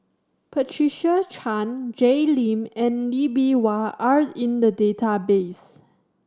Patricia Chan Jay Lim and Lee Bee Wah are in the database